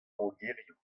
mogerioù